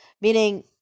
meaning